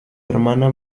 hermana